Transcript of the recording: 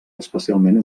especialment